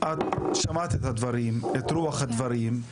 שמעת את רוח הדברים,